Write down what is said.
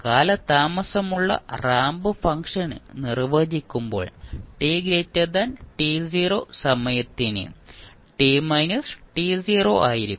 കാലതാമസമുള്ള ramp function നിർവചിക്കുമ്പോൾ t സമയത്തിന് t ആയിരിക്കും